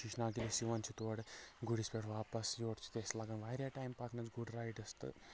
شیٖش ناگ تہٕ ییٚلہِ یِوان چھِ تورٕ گُرِس پٮ۪ٹھ واپس یورٕ چھِ اسہِ لگان واریاہ ٹایِم پکنس تہٕ گُرۍ رایڈس تہٕ